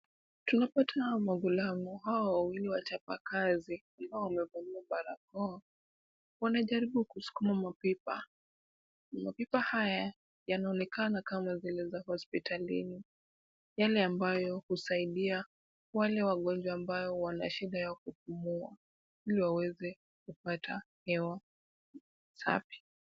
Tunapata hawa magulamu, hao wawili wachapa kazi, ambao wamevalia barakoa, wanajaribu kusukuma mapipa. Mapipa haya yanaonekana kama ni zile za hospitalini. Yale ambayo husaidia wale wagonjwa ambayo wanashida ya kupumua, ili waweze kupata hewa safi.